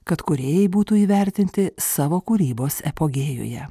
kad kūrėjai būtų įvertinti savo kūrybos epogėjuje